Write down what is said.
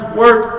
work